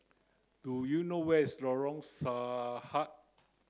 do you know where is Lorong Sahad